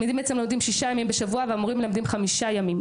שישה ימים בשבוע והמורים מלמדים חמישה ימים.